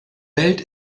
welt